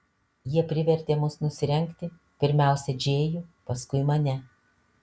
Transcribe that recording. jie privertė mus nusirengti pirmiausia džėjų paskui mane